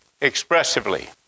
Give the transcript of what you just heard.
expressively